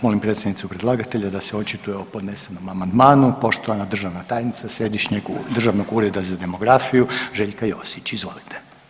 Molim predstavnicu predlagatelja da se očituje o podnesenom amandmanu, poštovana državna tajnica Središnjeg državnog ureda za demografiju i mlade, Željka Josić, izvolite.